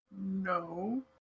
No